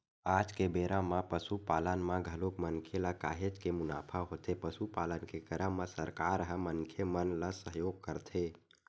आज के बेरा म पसुपालन म घलोक मनखे ल काहेच के मुनाफा होथे पसुपालन के करब म सरकार ह मनखे मन ल सहयोग करथे